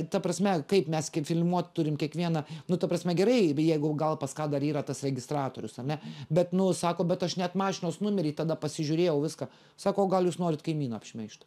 ta prasme kaip mes kaip filmuot turim kiekvieną nu ta prasme gerai jeigu gal pas ką dar yra tas registratorius ane bet nu sako bet aš net mašinos numerį tada pasižiūrėjau viską sako o gal jūs norit kaimyną apšmeižt